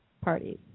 parties